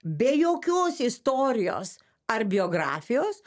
be jokios istorijos ar biografijos